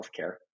healthcare